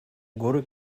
горы